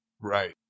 Right